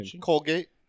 Colgate